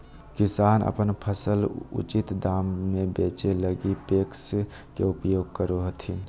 किसान अपन फसल उचित दाम में बेचै लगी पेक्स के उपयोग करो हथिन